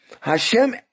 Hashem